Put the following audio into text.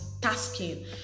tasking